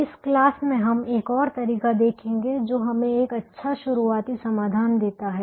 इस क्लास में हम एक और तरीका देखेंगे जो हमें एक अच्छा शुरुआती समाधान देता है